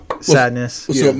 Sadness